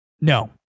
No